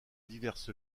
divers